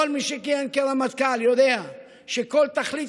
כל מי שכיהן כרמטכ"ל יודע שכל תכלית